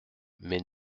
mais